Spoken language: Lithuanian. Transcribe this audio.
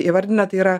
įvardina tai yra